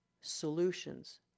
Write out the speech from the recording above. solutions